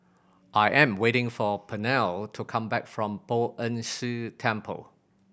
I am waiting for Pernell to come back from Poh Ern Shih Temple